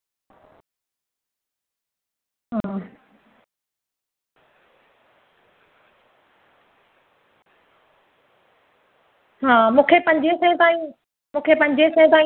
हा कपड़ो सुठो ईंदो आ जेका तांखे मन ॾिइण में मन तांखे मन तांखे बजट केतेरी आहे त ओतरे हिसाब सां मां तांखे ॾेखार्यां ट्रे सै वारियूं पंजे सै तांई